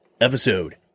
episode